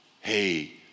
Hey